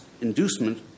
inducement